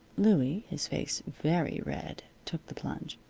louie, his face very red, took the plunge.